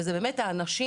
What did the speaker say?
ואלה האנשים,